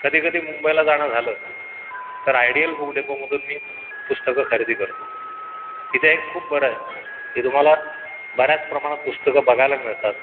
कधी कधी मुंबईला जाणं झालं तर आयडियल बुक डेपोमधून मी पुस्तकं खरेदी करतो तिथे एक खूप बरं आहे की तुम्हाला बऱ्याच प्रमाणात पुस्तकं बघायला मिळतात